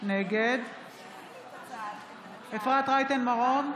נגד אפרת רייטן מרום,